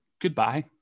goodbye